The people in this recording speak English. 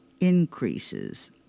increases